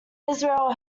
israeli